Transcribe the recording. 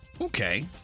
Okay